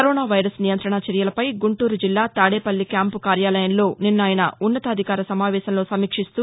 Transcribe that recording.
corona virus నియం్రణా చర్వలపై గుంటూరు జిల్లా తాదేపల్లి క్యాంపు కార్యాలయంలో నిన్న ఆయన ఉ న్నతాధికార సమావేశంలో సమీక్షిస్తూ